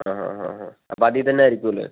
ആ ഹാ ഹാ ഹാ അപ്പോൾ അതിത് അയിരിക്കുലെ